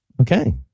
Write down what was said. Okay